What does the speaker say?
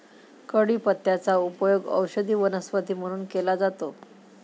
कढीपत्त्याचा उपयोग औषधी वनस्पती म्हणून केला जातो